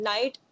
Night